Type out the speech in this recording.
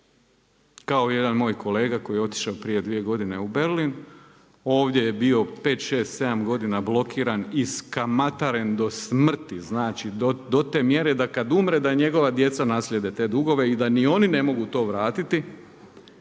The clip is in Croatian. kao jedan moj kolega koji je otišao prije dvije godine u Berlin, ovdje je bio 5,6,7 blokiran, iskamataren do smrti do te mjere kada umre da njegova djeca naslijede te dugove i da ni oni ne mogu to vratiti.